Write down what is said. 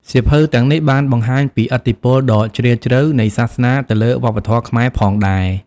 សៀវភៅទាំងនេះបានបង្ហាញពីឥទ្ធិពលដ៏ជ្រាលជ្រៅនៃសាសនាទៅលើវប្បធម៌ខ្មែរផងដែរ។